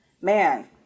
man